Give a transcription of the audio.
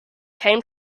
came